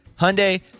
Hyundai